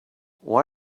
why